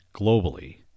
globally